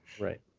Right